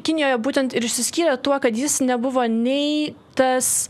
kinijoje būtent ir išsiskyrė tuo kad jis nebuvo nei tas